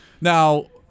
Now